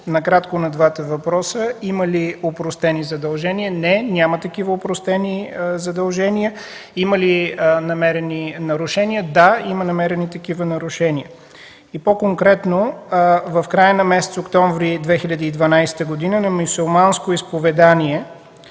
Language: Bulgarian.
Накратко на двата въпроса: има ли опростени задължения? Не, няма такива опростени задължения. Има ли намерени нарушения? Да, има намерени такива нарушения. По конкретно – в края на месец октомври 2012 г. на мюсюлманско изповедание